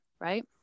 right